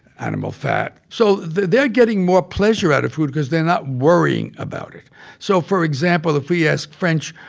animal fat. so they're getting more pleasure out of food because they're not worrying about it so for example, if we ask french,